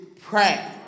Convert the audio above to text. pray